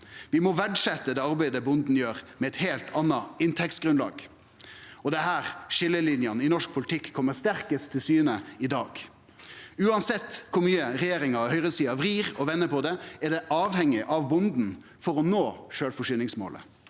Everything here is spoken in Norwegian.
Vi må verdsetje det arbeidet bonden gjer, med eit heilt anna inntektsgrunnlag, og det er her skiljelinjene i norsk politikk kjem sterkast til syne i dag. Uansett kor mykje regjeringa og høgresida vrir og vender på det, er vi avhengige av bonden for å nå sjølvforsyningsmålet.